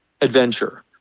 adventure